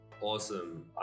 Awesome